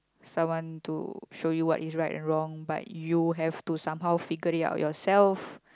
someone to show you what is right and wrong but you have to somehow figure it out yourself